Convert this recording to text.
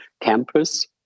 campus